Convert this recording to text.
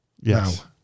Yes